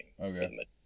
Okay